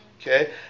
okay